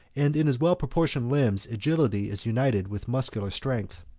and in his well-proportioned limbs agility is united with muscular strength.